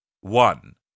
one